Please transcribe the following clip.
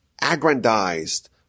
aggrandized